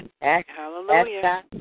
Hallelujah